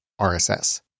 RSS